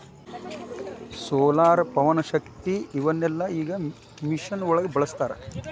solar, ಪವನಶಕ್ತಿ ಇವನ್ನೆಲ್ಲಾ ಈಗ ಮಿಷನ್ ಒಳಗ ಬಳಸತಾರ